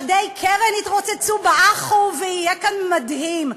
חדי-קרן יתרוצצו באחו ויהיה כאן מדהים.